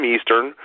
Eastern